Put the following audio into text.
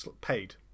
paid